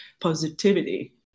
positivity